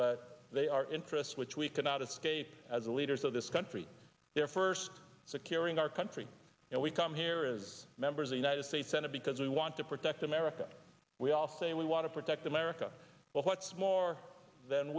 but they are interests which we cannot escape as the leaders of this country they're first securing our country and we come here is members the united states senate because we want to protect america we all say we want to protect america well what's more than